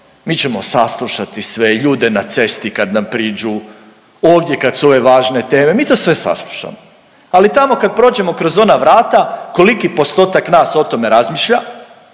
mi ćemo saslušati sve ljude na cesti kad nam priđu, ovdje kad su ove važne teme, mi to sve saslušamo. Ali tamo kad prođemo kroz ona vrata koliki postotak od nas o tome razmišlja